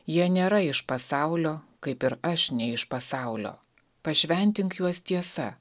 jie nėra iš pasaulio kaip ir aš nei iš pasaulio pašventink juos tiesa